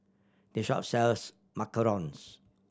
this shop sells macarons